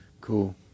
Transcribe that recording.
cool